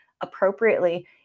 appropriately